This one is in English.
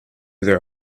their